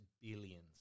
billions